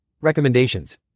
Recommendations